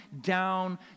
down